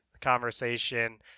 conversation